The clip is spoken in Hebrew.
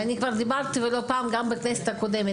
אני דיברתי לא פעם גם בכנסת הקודמת,